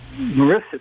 Marissa